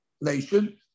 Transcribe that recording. nation